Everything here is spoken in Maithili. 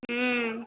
हुँ